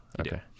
Okay